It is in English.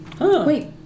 Wait